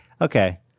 Okay